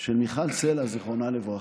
של מיכל סלה, זיכרונה לברכה,